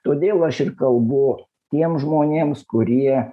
todėl aš ir kalbu tiems žmonėms kurie